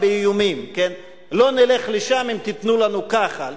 באיומים": "לא נלך לשם אם תיתנו לנו ככה",